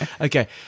okay